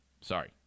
Sorry